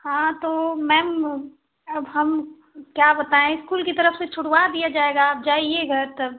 हाँ तो मेम अब हम क्या बतायें स्कूल कि तरफ से छुड़वा दिया जायेगा आप जाइये घर तक